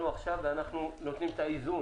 אנחנו אמורים לתת את האיזון.